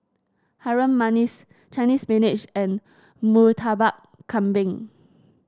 Harum Manis Chinese Spinach and Murtabak Kambing